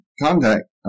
contact